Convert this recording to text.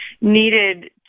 needed